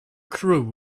crew